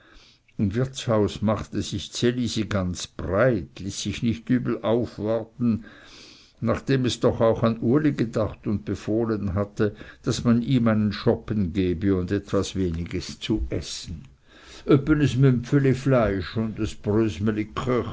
im wirtshaus machte sich ds elisi ganz breit ließ sich nicht übel aufwarten nachdem es doch auch an uli gedacht und befohlen hatte daß man ihm einen schoppen gebe und etwas weniges zu essen öppe es mümpfeli fleisch und es